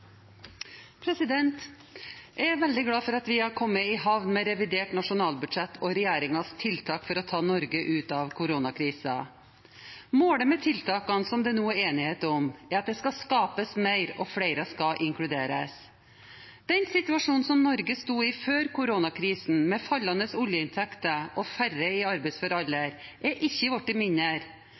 veldig glad for at vi har kommet i havn med revidert nasjonalbudsjett og regjeringens tiltak for å ta Norge ut av koronakrisen. Målet med tiltakene som det nå er enighet om, er at det skal skapes mer, og flere skal inkluderes. Den situasjonen som Norge sto i før koronakrisen, med fallende oljeinntekter og færre i arbeidsfør alder, har ikke blitt mindre